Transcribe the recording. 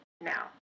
now